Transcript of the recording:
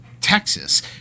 Texas